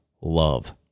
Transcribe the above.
love